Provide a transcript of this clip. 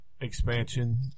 expansion